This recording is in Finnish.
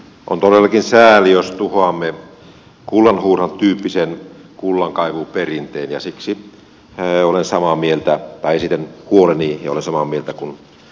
on todellakin sääli jos tuhoamme kullanhuuhdontatyyppisen kullankaivuuperinteen ja siksi ei ole samaa mieltä tai esitän huoleni ja olen samaa mieltä kun